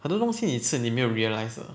很多东西你吃了你没有 realise lah